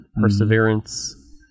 perseverance